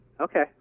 Okay